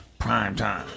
Primetime